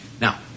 Now